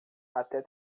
até